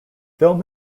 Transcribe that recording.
film